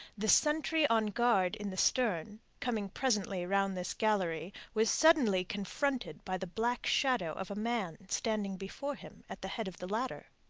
the sentry on guard in the stern, coming presently round this gallery, was suddenly confronted by the black shadow of a man standing before him at the head of the ladder.